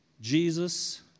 Jesus